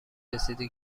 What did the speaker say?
رسیده